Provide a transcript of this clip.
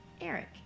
Eric